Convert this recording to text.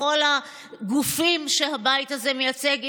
בכל הגופים שהבית הזה מייצג,